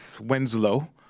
Winslow